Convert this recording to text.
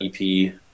EP